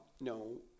no